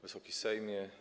Wysoki Sejmie!